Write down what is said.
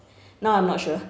now I'm not sure